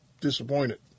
disappointed